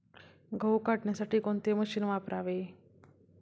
गहू काढण्यासाठी कोणते मशीन वापरावे?